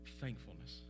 thankfulness